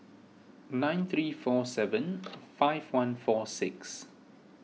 nine three four seven five one four six